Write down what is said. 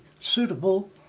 suitable